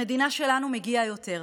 למדינה שלנו מגיע יותר,